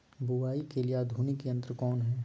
बुवाई के लिए आधुनिक यंत्र कौन हैय?